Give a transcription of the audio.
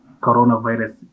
coronavirus